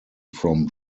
from